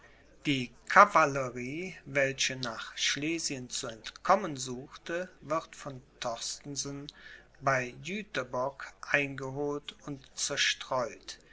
die cavallerie welche nach schlesien zu entkommen suchte wird von torstenson bei jüterbock eingeholt und zerstreut